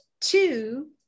two